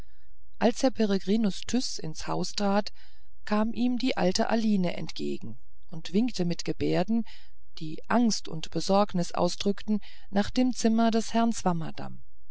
als herr peregrinus tyß ins haus trat kam ihm die alte aline entgegen und winkte mit gebärden die angst und besorgnis ausdrückten nach dem zimmer des herrn